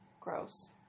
Gross